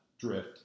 drift